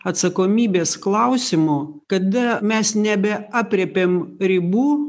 atsakomybės klausimu kada mes nebeaprėpiam ribų